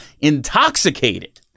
intoxicated